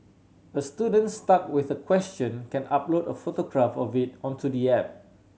a student stuck with a question can upload a photograph of it onto the app